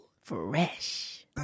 fresh